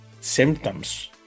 symptoms